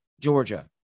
Georgia